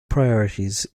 priorities